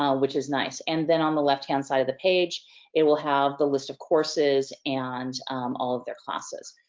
which is nice. and then on the left hand side of the page it will have the list of courses, and all of their classes.